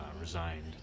resigned